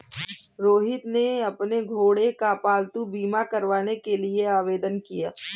रोहित ने अपने घोड़े का पालतू बीमा करवाने के लिए आवेदन किया